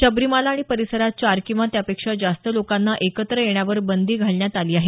शबरीमाला आणि परिसरात चार किंवा त्यापेक्षा जास्त लोकांनी एकत्र येण्यावर बंदी घालण्यात आली आहे